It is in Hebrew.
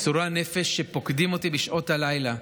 ייסורי הנפש שפוקדים אותי בשעות הלילה,